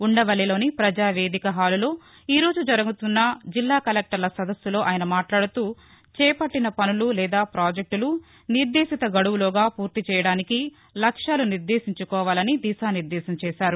ఉండవల్లిలోని పజావేదిక హాలులో ఈ రోజు జరుగుతున్న జిల్లా కలెక్టర్ల సదస్సులో ఆయన మాట్లాడుతూచేపట్టిన పనులు లేదా పాజెక్టులు నిర్దేశిత గడువులోగా పూర్తిచేయడానికి లక్ష్యాలు నిర్దేశించుకోవాలని దిశానిర్దేశం చేశారు